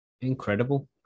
incredible